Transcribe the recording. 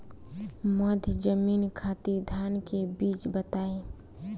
मध्य जमीन खातिर धान के बीज बताई?